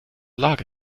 lage